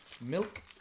Milk